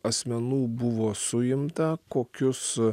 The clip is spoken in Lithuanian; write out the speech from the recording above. asmenų buvo suimta kokius